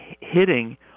hitting